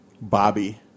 Bobby